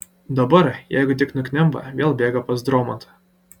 dabar jeigu tik nuknemba vėl bėga pas dromantą